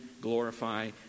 glorify